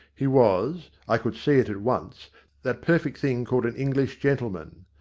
he was i could see it at once that perfect thing called an english gentleman.